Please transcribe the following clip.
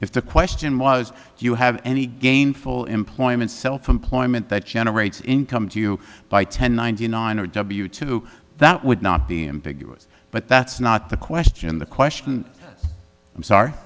if the question was do you have any gainful employment self employment that generates income to you by ten ninety nine or w two that would not be ambiguous but that's not the question the question i'm sorry